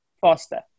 faster